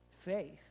faith